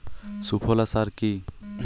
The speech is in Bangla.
সুফলা সার কি?